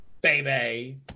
baby